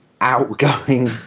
outgoing